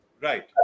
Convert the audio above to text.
Right